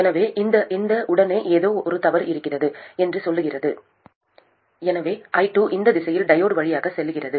எனவே ஏதோ தவறு இருக்கிறது என்று சொல்கிறது i2 இந்த திசையில் டையோடு வழியாக செல்கிறது